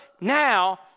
now